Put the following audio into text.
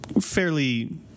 fairly